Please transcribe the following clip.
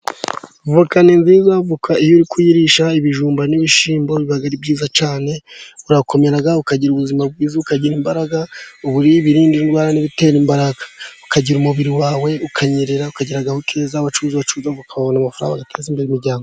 Voka ni nziza iyo uri kuyirisha ibijumba n'ibishimbo biba aribyiza cyane, urakomera ukagira ubuzima bwiza, ukagira imbaraga. Uba uriye ibirinda indwara n'ibitera imbaraga, ukagira umubiri wawe ukanyerera ukagira agahu keza. Abacuruzi ba voka babona amafaranga bagateza imbere imiryango.